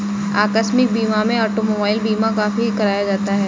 आकस्मिक बीमा में ऑटोमोबाइल बीमा काफी कराया जाता है